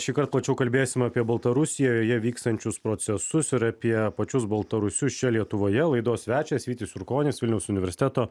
šįkart plačiau kalbėsim apie baltarusijoje vykstančius procesus ir apie pačius baltarusius čia lietuvoje laidos svečias vytis jurkonis vilniaus universiteto